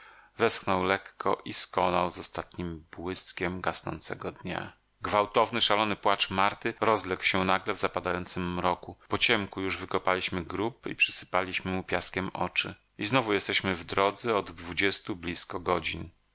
westchnął lekko i skonał z ostatnim błyskiem gasnącego dnia gwałtowny szalony płacz marty rozległ się w nagle zapadającym mroku po ciemku już wykopaliśmy grób i przysypaliśmy mu piaskiem oczy i znowu jesteśmy w drodze od dwudziestu blizko godzin